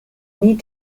need